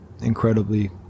incredibly